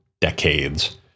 decades